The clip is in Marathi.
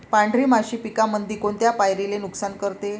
पांढरी माशी पिकामंदी कोनत्या पायरीले नुकसान करते?